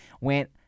went